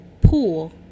pool